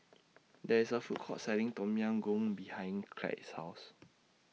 There IS A Food Court Selling Tom Yam Goong behind Clide's House